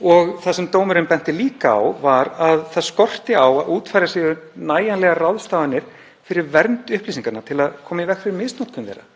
Það sem dómurinn bendir líka á er að það skorti á að útfærðar séu nægjanlegar ráðstafanir fyrir vernd upplýsinga til að koma í veg fyrir misnotkun þeirra.